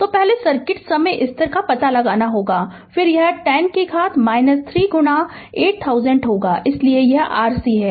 तो पहले सर्किट के समय स्थिर का पता लगाना होगा फिर यह 10 से घात 3 गुणा 8000 होगा इसलिए यह CR है